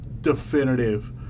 definitive